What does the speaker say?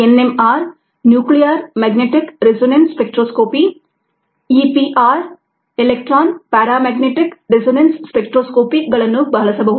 NMR nuclear magnetic resonance spectroscopy EPR electron paramagnetic resonance spectroscopy ಗಳನ್ನೂ ಬಳಸಬಹುದು